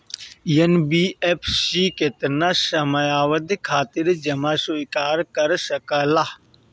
NBFC केतना समयावधि खातिर जमा स्वीकार कर सकला?